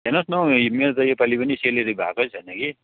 हेर्नु होस् न हौ यी मेरो त यो पालि पनि सेलेरी भएको छैन कि